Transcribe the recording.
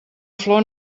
flor